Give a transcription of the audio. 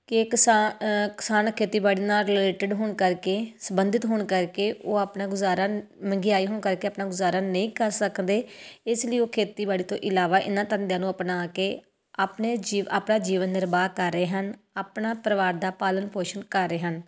ਕੇ ਕਿਸਾਨ ਕਿਸਾਨ ਖੇਤੀਬਾੜੀ ਨਾਲ ਰਿਲੇਟਡ ਹੋਣ ਕਰਕੇ ਸੰਬੰਧਿਤ ਹੋਣ ਕਰਕੇ ਉਹ ਆਪਣਾ ਗੁਜ਼ਾਰਾ ਮਹਿੰਗਾਈ ਹੋਣ ਕਰਕੇ ਆਪਣਾ ਗੁਜ਼ਾਰਾ ਨਹੀਂ ਕਰ ਸਕਦੇ ਇਸ ਲਈ ਉਹ ਖੇਤੀਬਾੜੀ ਤੋਂ ਇਲਾਵਾ ਇਹਨਾਂ ਧੰਦਿਆਂ ਨੂੰ ਅਪਣਾ ਕੇ ਆਪਣੇ ਜੀ ਆਪਣਾ ਜੀਵਨ ਨਿਰਵਾਹ ਕਰ ਰਹੇ ਹਨ ਆਪਣਾ ਪਰਿਵਾਰ ਦਾ ਪਾਲਣ ਪੋਸ਼ਣ ਕਰ ਰਹੇ ਹਨ